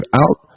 out